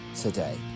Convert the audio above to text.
today